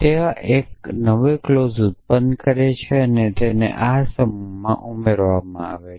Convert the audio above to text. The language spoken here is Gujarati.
તેઓ એક નવી ક્લોઝ ઉત્પન્ન કરે છે અને આ સમૂહમાં ઉમેરવામાં આવે છે